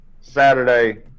Saturday